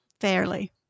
fairly